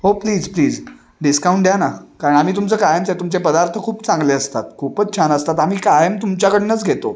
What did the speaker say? हो please please discount द्या ना कारण आम्ही तुमचं कायमच आहे तुमचे पदार्थ खूप चांगले असतात खूपच छान असतात आम्ही कायम तुमच्याकडनंच घेतो